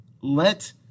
Let